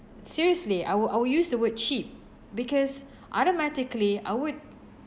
seriously I will I will use the word cheap because automatically I would